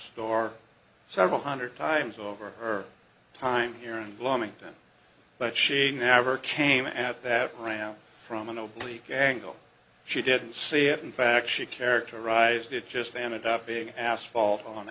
store several hundred times over her time here in bloomington but she never came at that ramp from a noble week angle she didn't see it in fact she characterized it just ended up being asphalt on